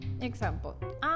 Example